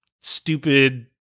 stupid